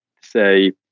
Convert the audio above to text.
say